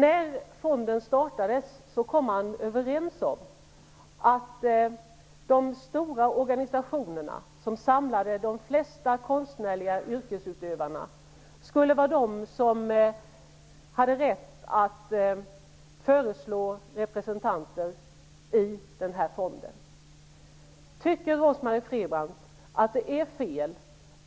När fonden startades kom man överens om att de stora organisationerna som samlade de flesta konstnärliga yrkesutövarna skulle ha rätt att föreslå representanter i fonden. Tycker Rose-Marie Frebran att det är fel